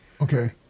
Okay